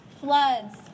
Floods